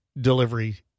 delivery